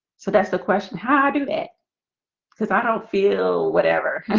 so that's the question how i do that because i don't feel whatever